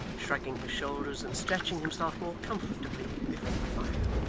shrugging his shoulders and stretching himself more comfortably before the fire.